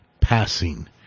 passing